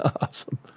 Awesome